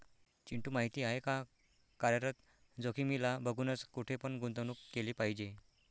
चिंटू माहिती आहे का? कार्यरत जोखीमीला बघूनच, कुठे पण गुंतवणूक केली पाहिजे